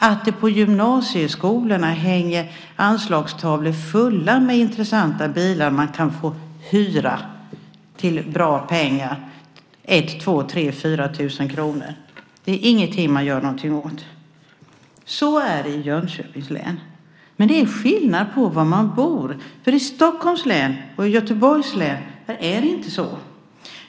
Att det på gymnasieskolorna hänger anslagstavlor fulla med intressanta bilar man kan få hyra till bra pengar, 1 000, 2 000, 3 000 eller 4 000 kr, är ingenting man gör någonting åt. Så är det i Jönköpings län. Men det är skillnad på var man bor. I Stockholms län och i Västra Götalands län är det inte så.